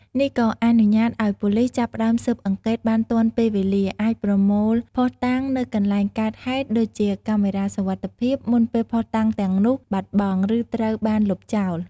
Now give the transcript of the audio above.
នេះក៏អនុញ្ញាតឲ្យប៉ូលិសចាប់ផ្ដើមស៊ើបអង្កេតបានទាន់ពេលវេលា អាចប្រមូលភស្តុតាងនៅកន្លែងកើតហេតុ ដូចជាកាមេរ៉ាសុវត្ថិភាព មុនពេលភស្តុតាងទាំងនោះបាត់បង់ ឬត្រូវបានលុបចោល។